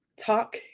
talk